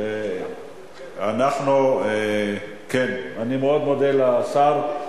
--- אני מאוד מודה לשר.